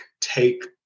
take